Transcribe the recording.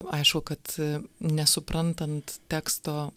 aišku kad nesuprantant teksto